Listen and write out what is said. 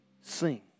sing